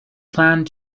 plant